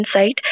Insight